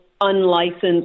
unlicensed